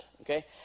okay